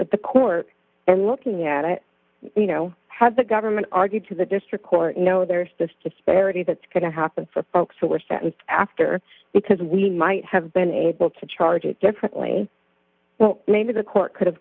but the court and looking at it you know have the government argued to the district court you know there's this disparity that's going to happen for folks who were sentenced after because we might have been able to charge it differently maybe the court could have